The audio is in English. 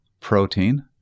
protein